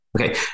Okay